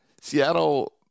Seattle